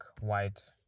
white